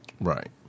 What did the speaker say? Right